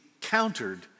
countered